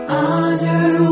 honor